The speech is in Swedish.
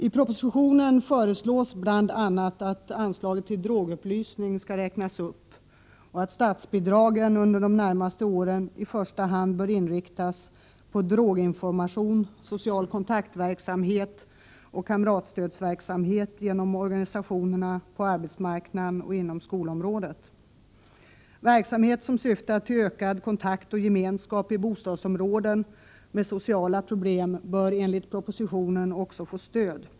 I propositionen föreslås bl.a. att anslaget till drogupplysning skall räknas upp och att statsbidragen under de närmaste åren i första hand bör inriktas på droginformation, social kontaktverksamhet och kamratstödsverksamhet genom organisationerna på arbetsmarknaden och inom skolområdet. Verksamhet som syftar till ökad kontakt och gemenskap i bostadsområden med sociala problem bör enligt propositionen också få stöd.